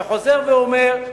וחוזר ואומר,